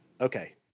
Okay